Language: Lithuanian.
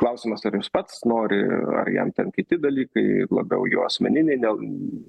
klausimas ar jis pats nori ar jam ten kiti dalykai labiau jo asmeniniai dėl